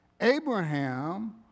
Abraham